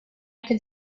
could